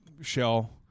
shell